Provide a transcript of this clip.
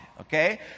Okay